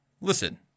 Listen